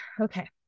okay